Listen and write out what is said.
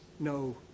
No